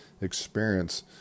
experience